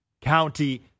County